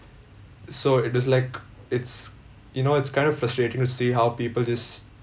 so it is like it's you know it's kind of frustrating to see how people just